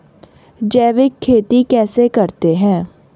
जैविक खेती कैसे करते हैं?